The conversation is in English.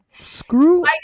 Screw